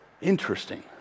Interesting